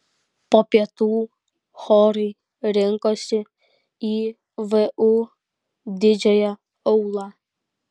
po pietų chorai rinkosi į vu didžiąją aulą